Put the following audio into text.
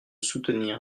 soutenir